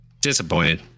disappointed